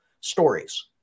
stories